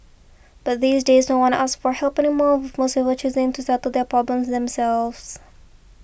but these days no one asks for help anymore with most people choosing to settle their problems themselves